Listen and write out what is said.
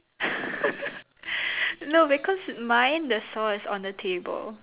no because mine the saw is on the table